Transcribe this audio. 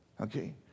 Okay